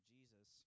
Jesus